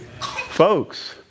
Folks